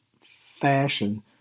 fashion